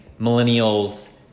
millennials